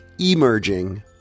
emerging